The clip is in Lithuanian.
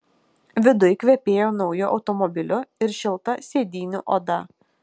viduj kvepėjo nauju automobiliu ir šilta sėdynių oda